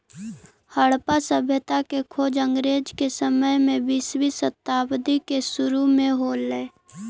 हड़प्पा सभ्यता के खोज अंग्रेज के समय में बीसवीं शताब्दी के सुरु में हो ले